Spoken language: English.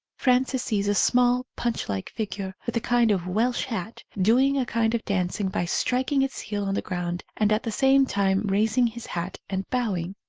frances sees a small punch-like figure, with a kind of welsh hat, doing a kind of dancing by striking its heel on the ground and at the same time raising his hat and bowing.